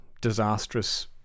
disastrous